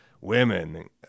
women